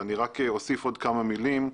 אני רק אוסיף עוד כמה מלים.